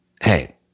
hey